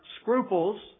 scruples